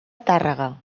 tàrrega